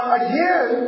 again